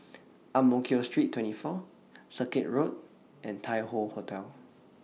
Ang Mo Kio Street twenty four Circuit Road and Tai Hoe Hotel